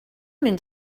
mynd